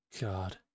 god